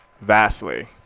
vastly